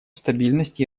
стабильности